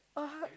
what